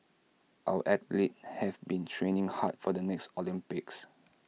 our athletes have been training hard for the next Olympics